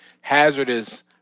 hazardous